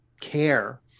care